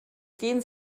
gehn